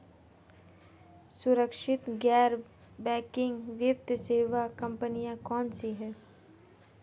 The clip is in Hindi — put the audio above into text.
सुरक्षित गैर बैंकिंग वित्त सेवा कंपनियां कौनसी हैं?